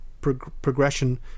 progression